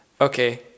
okay